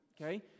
Okay